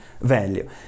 value